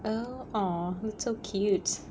oh !aww! that's so cute